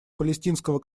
палестинского